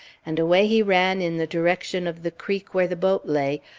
and away he ran in the direction of the creek where the boat lay,